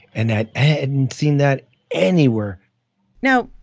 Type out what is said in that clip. and that i hadn't seen that anywhere now,